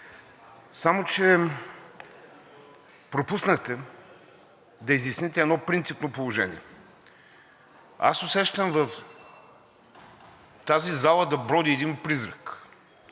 само че пропуснахте да изясните едно принципно положение. Аз усещам в тази зала да броди един призрак